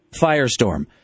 firestorm